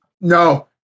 No